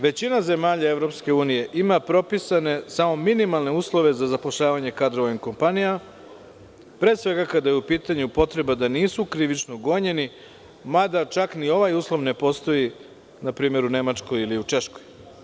Većina zemalja EU ima propisane samo minimalne uslove za zapošljavanje kadrova u ovim kompanijama, pre svega kada je u pitanju potreba da nisu krivično gonjeni, mada čak ni ovaj uslov ne postoji npr. i Nemačkoj ili u Češkoj.